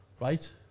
Right